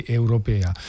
europea